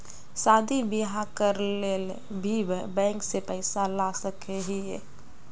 शादी बियाह करे ले भी बैंक से पैसा ला सके हिये?